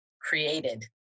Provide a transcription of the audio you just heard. created